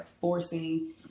forcing